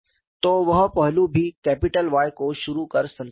तो वह पहलू भी कैपिटल Y को शुरू कर संतुष्ट था